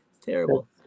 terrible